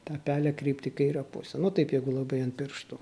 tą pelę kreipti į kaire pusę nu taip jeigu labai ant pirštų